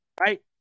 right